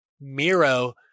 Miro